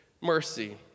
mercy